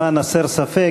למען הסר ספק,